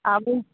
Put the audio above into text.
आबू